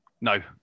no